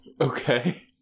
okay